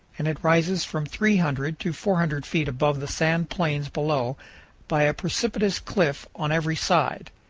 and it rises from three hundred to four hundred feet above the sand plains below by a precipitous cliff on every side.